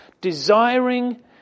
Desiring